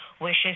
wishes